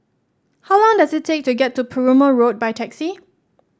how long does it take to get to Perumal Road by taxi